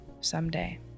someday